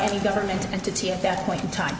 any government entity at that point in time